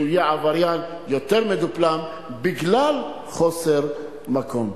יהיה עבריין יותר מדופלם בגלל חוסר מקום.